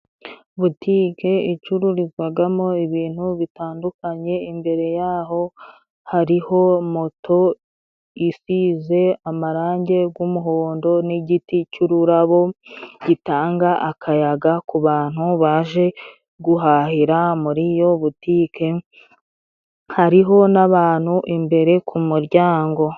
Butike icururizwagamo ibintu bitandukanye. Imbere y'aho hariho moto isize amarangi g'umuhondo n'igiti cy'ururabo gitanga akayaga ku bantu baje guhahira muri iyo butike. Hariho n'abantu imbere ku muryango.